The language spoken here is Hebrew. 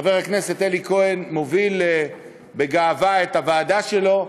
חבר הכנסת אלי כהן מוביל בגאווה את הוועדה שלו,